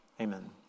Amen